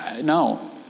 No